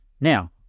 Now